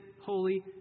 holy